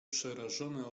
przerażone